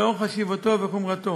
לנוכח חשיבותו וחומרתו.